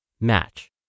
Match